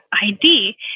ID